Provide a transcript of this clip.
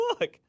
Look